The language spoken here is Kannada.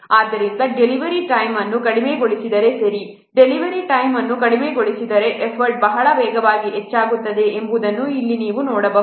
ಆದ್ದರಿಂದ ಡೆಲಿವರಿ ಟೈಮ್ ಅನ್ನು ಕಡಿಮೆಗೊಳಿಸಿದರೆ ಸರಿ ಡೆಲಿವರಿ ಟೈಮ್ ಅನ್ನು ಕಡಿಮೆಗೊಳಿಸಿದರೆ ಎಫರ್ಟ್ ಬಹಳ ವೇಗವಾಗಿ ಹೆಚ್ಚಾಗುತ್ತದೆ ಎಂಬುದನ್ನು ಇಲ್ಲಿ ನೀವು ನೋಡಬಹುದು